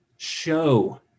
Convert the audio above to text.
show